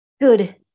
good